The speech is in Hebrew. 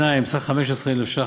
2. בסך 15,000 ש"ח,